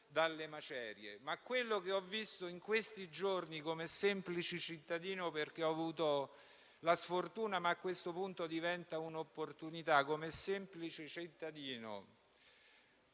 di quello che ho visto in questi giorni come semplice cittadino (perché ho avuto una sfortuna, che a questo punto diventa un'opportunità) che ha potuto,